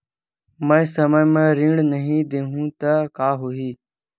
मैं समय म ऋण नहीं देहु त का होही